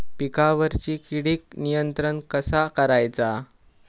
पिकावरची किडीक नियंत्रण कसा करायचा?